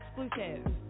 exclusive